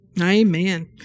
Amen